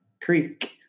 creek